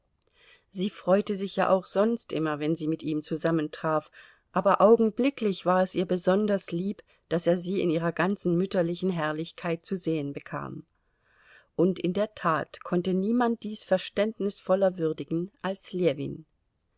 sie freute sich ja auch sonst immer wenn sie mit ihm zusammentraf aber augenblicklich war es ihr besonders lieb daß er sie in ihrer ganzen mütterlichen herrlichkeit zu sehen bekam und in der tat konnte niemand dies verständnisvoller würdigen als ljewin